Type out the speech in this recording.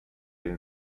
den